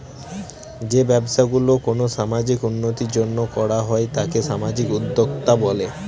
যে ব্যবসা গুলো কোনো সামাজিক উন্নতির জন্য করা হয় তাকে সামাজিক উদ্যক্তা বলে